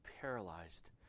paralyzed